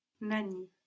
Nani